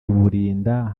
burinda